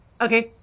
Okay